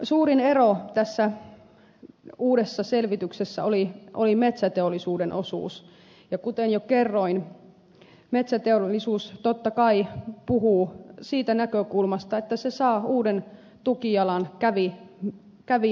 suurin ero tässä uudessa selvityksessä oli metsäteollisuuden osuus ja kuten jo kerroin metsäteollisuus totta kai puhuu siitä näkökulmasta että se saa uuden tukijalan kävi miten kävi